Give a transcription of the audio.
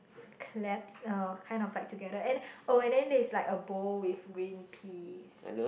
claps uh kind of like together and then oh and then there's like a bowl with green peas